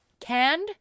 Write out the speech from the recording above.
Canned